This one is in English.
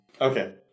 Okay